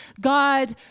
God